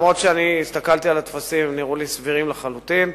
אף-על-פי שאני הסתכלתי על הטפסים והם נראו לי סבירים לחלוטין.